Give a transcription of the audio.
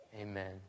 Amen